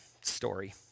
story